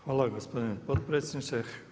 Hvala gospodine potpredsjednič.